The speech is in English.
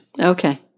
Okay